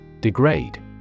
degrade